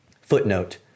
Footnote